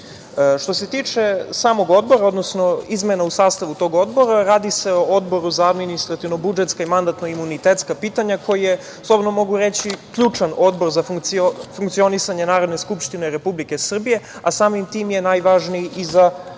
odnosno izmena u sastavu tog odbora, radi se o Odboru za administrativno-budžetska i mandatno-imunitetska pitanja koji je, slobodno mogu reći, ključan odbor za funkcionisanje Narodne skupštine Republike Srbije, a samim tim je najvažniji i za naše